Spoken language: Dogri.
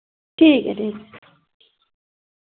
ठीक ऐ ठीक ऐ